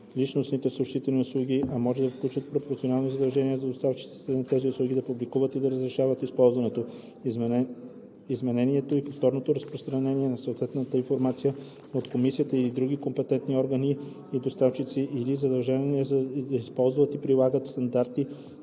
междуличностните съобщителни услуги, и може да включват пропорционални задължения за доставчиците на тези услуги да публикуват и да разрешават използването, изменението и повторното разпространение на съответна информация от комисията или други компетентни органи и доставчици или задължение да използват и прилагат стандарти